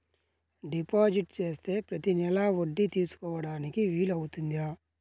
Deposit చేస్తే ప్రతి నెల వడ్డీ తీసుకోవడానికి వీలు అవుతుందా?